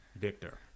Victor